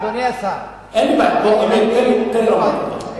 אדוני השר, אין לי בעיה, תן לי לומר את הדברים.